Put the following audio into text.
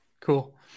Cool